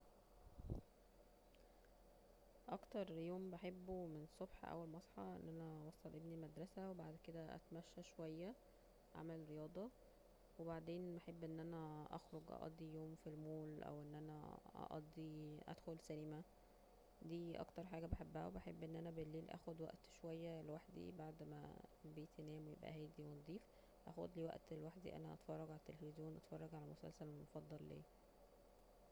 اكتر يوم بحبه الصبح اول ما اصحى أن أنا اوصل ابني المدرسة وبعد كده اتمشى شوية اعمل رياضة وبعدين بحب أن أنا أخرج اقضي يوم في المول أو أن أنا اقضي ادخل سينما دي اكتر حاجة بحبها وبحب أن أنا بالليل اخد وقت شوية لوحدي بعد ما البيت ينام ويبقى هادي ونضيف اخدلي وقت لوحدي أنا اتفرج على التليفزيون واتفرج على المسلسل المفضل ليا